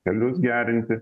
kelius gerinti